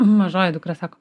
mažoji dukra sako